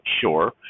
sure